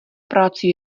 práci